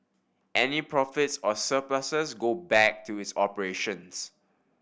any profits or surpluses go back to its operations